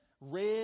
red